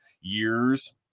years